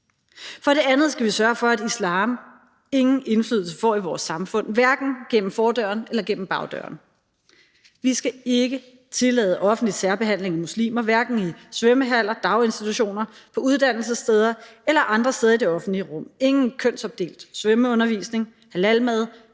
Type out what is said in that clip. For det andet skal vi sørge for, at islam ingen indflydelse får i vores samfund, hverken gennem fordøren eller gennem bagdøren. Vi skal ikke tillade offentlig særbehandling af muslimer, hverken i svømmehaller, daginstitutioner, på uddannelsessteder eller andre steder i det offentlige rum – ingen kønsopdelt svømmeundervisning, halalmad,